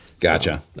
Gotcha